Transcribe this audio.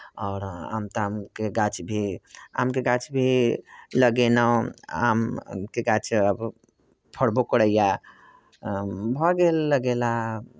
आओर आम तामके गाछ भी आमके गाछ भी लगेलहुँ आमके गाछ फड़बो करैए भऽ गेल लगेला